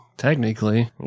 Technically